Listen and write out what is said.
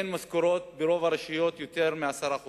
אין משכורות ברוב הרשויות כבר יותר מעשרה חודשים,